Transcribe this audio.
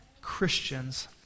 Christians